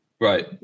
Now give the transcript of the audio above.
Right